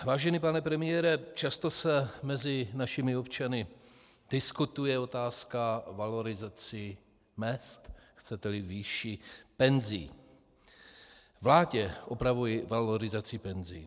Vážený pane premiére, často se mezi našimi občany diskutuje otázka valorizací mezd, chceteli výší penzí, opravuji valorizací penzí.